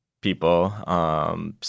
people